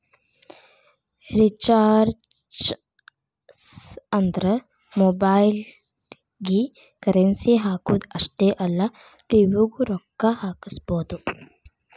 recharges ಅಂದ್ರ ಮೊಬೈಲ್ಗಿ currency ಹಾಕುದ್ ಅಷ್ಟೇ ಅಲ್ಲ ಟಿ.ವಿ ಗೂ ರೊಕ್ಕಾ ಹಾಕಸಬೋದು